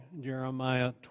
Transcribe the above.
Jeremiah